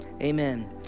Amen